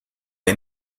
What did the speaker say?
les